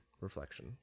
reflection